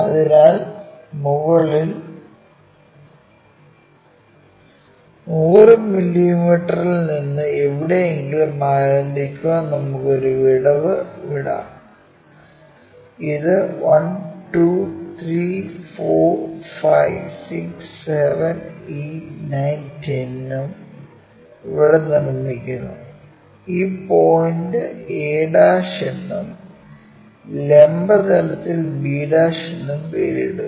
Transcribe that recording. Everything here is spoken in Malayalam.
അതിനാൽ മുകളിൽ 100 മില്ലീമീറ്ററിൽ നിന്ന് എവിടെയെങ്കിലും ആരംഭിക്കാൻ നമുക്ക് ഒരു വിടവ് വിടാം ഇത് 1 2 3 4 5 6 7 8 9 10 ഉം ഇവിടെ നിർമ്മിക്കുന്നു ഈ പോയിന്റിന് a എന്നും ലംബ തലത്തിൽ b' എന്ന് പേരിടുക